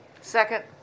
Second